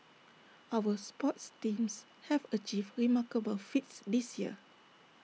our sports teams have achieved remarkable feats this year